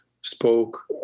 spoke